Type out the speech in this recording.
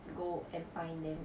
go and find them